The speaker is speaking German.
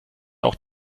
auch